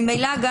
ממילא,